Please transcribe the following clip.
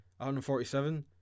147